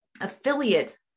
affiliate